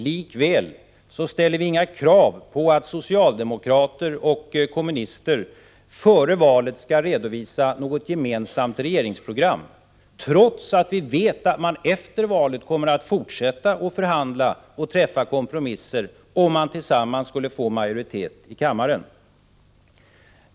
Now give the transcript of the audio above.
Likväl ställer vi inga krav på att socialdemokrater och kommunister före valet skall redovisa något gemensamt regeringsprogram, trots att vi vet att de efter valet kommer att fortsätta att förhandla och att gå in på kompromisser, om de tillsammans skulle få majoritet i kammaren.